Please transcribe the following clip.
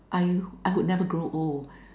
I I would never grow old